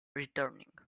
returning